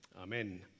amen